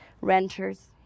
renters